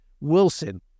Wilson